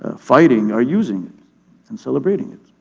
ah fighting are using it and celebrating it.